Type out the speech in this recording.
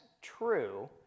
true